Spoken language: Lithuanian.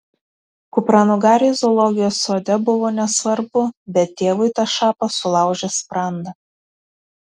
kupranugariui zoologijos sode buvo nesvarbu bet tėvui tas šapas sulaužė sprandą